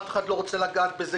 אף אחד לא רוצה לגעת בזה,